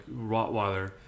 rottweiler